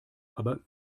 aber